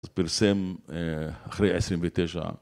פרסם אחרי העשרים ותשע